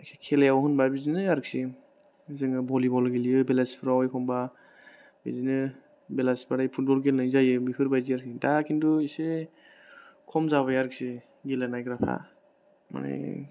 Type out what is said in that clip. खेलायाव होनबा बिदिनो आरोखि जोङो भलिबल गेलेयो बेलासिफ्राव एखम्बा बिदिनो बेलासि जाबा फुतबल गेलेनाय जायो बेफोरबायदि आरोखि दा किन्तु इसे खम जाबाय आरोखि गेलेलायग्राफ्रा माने